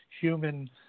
human